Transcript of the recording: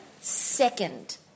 second